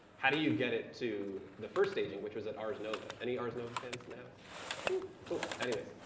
how do you get it to the first staging, which was at ars nova? any ars nova fans in the house? whoo! cool. anyways,